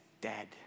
dead